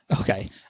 Okay